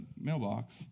mailbox